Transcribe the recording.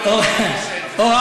חוקים, ואתה בחמש דקות עושה את זה.